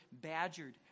badgered